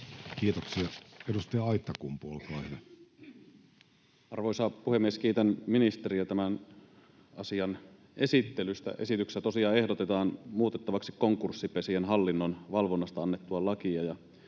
Kiitoksia. — Edustaja Aittakumpu, olkaa hyvä. Arvoisa puhemies! Kiitän ministeriä tämän asian esittelystä. Esityksessä tosiaan ehdotetaan muutettavaksi konkurssipesien hallinnon valvonnasta annettua lakia